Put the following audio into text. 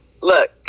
look